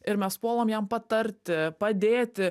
ir mes puolam jam patarti padėti